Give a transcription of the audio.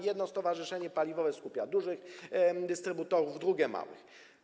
Jedno stowarzyszenie paliwowe skupia dużych dystrybutorów, drugie małych.